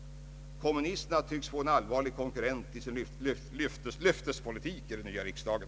Kommunisterna tycks få en allvarlig konkurrent i sin löftespolitik i den nya riksdagen.